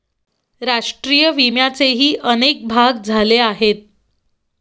राष्ट्रीय विम्याचेही अनेक भाग झाले आहेत